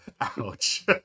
Ouch